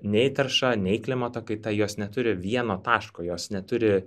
nei tarša nei klimato kaita jos neturi vieno taško jos neturi